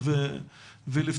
תודה רבה בלה, הנושא באמת מורכב.